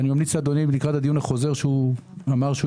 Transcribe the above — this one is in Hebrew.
אני ממליץ לאדוני לקראת הדיון החוזר שהוא אמר שהוא